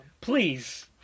Please